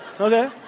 Okay